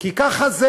כי ככה זה,